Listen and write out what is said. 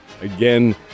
again